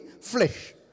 flesh